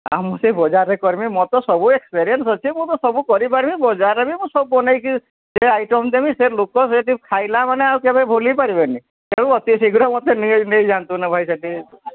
ଆଉ ମୁଁ ସେଇ ବଜାରରେ କରିମି ମୋର ତ ସବୁ ଏକ୍ସପେରିଏନ୍ସ ଅଛି ମୁଁ ତ ସବୁ କରିପାରିବି ବଜାରରେ ବି ମୁଁ ସବୁ ବନେଇକି ଆଇଟମ୍ ଦେବି ସେ ଲୋକ ସେଇଠି ଖାଇଲା ମାନେ ଆଉ କେବେ ଭୁଲି ପାରିବେନି ତେଣୁ ଅତି ଶୀଘ୍ର ମୋତେ ଭାଇ ନେଇଯାନ୍ତୁ ନା ଭାଇ ସେଇଠି